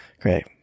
Great